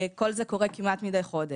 כל זה קורה כמעט מדי חודש.